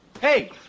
hey